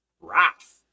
wrath